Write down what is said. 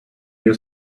you